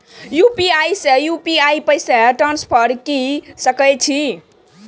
UPI से UPI पैसा transfer की सके छी?